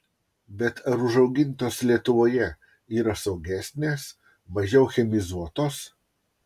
bet ar užaugintos lietuvoje yra saugesnės mažiau chemizuotos